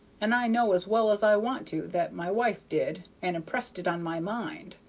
and i know as well as i want to that my wife did, and impressed it on my mind.